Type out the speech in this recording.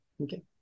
Okay